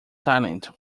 silent